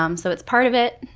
um so it's part of it.